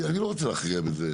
אני לא רוצה להכריע בזה,